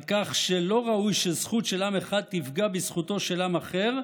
על כך שלא ראוי שזכות של עם אחד תפגע בזכותו של עם אחר,